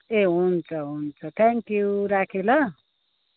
ए हुन्छ हुन्छ थ्याङ्क्यु राखेँ ल